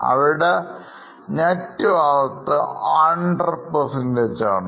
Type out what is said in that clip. അവരുടെ Net worth 100 ആണ്